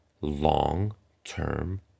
long-term